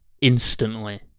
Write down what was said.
instantly